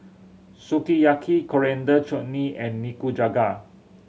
Sukiyaki Coriander Chutney and Nikujaga